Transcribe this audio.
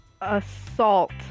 Assault